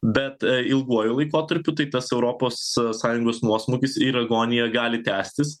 bet ilguoju laikotarpiu tai tas europos sąjungos nuosmukis ir agonija gali tęstis